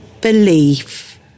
belief